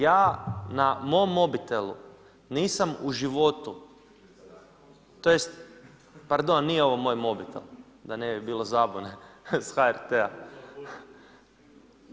Ja na mom mobitelu nisam u životu tj. pardon nije ovo moj mobitel da ne bi bilo zabune s HRT-a.